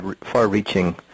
far-reaching